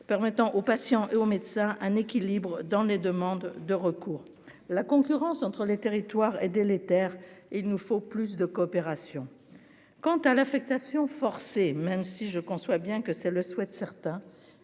permettant aux patients et aux médecins un équilibre dans les demandes de recours, la concurrence entre les territoires et délétère et il nous faut plus de coopération quant à l'affectation forcée, même si je conçois bien que c'est le souhaitent certains,